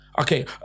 okay